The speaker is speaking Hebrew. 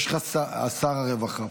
התכוונתי שרה אמיתית.